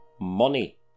money